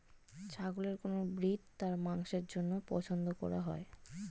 ছাগলের কোন ব্রিড তার মাংসের জন্য পছন্দ করা হয়?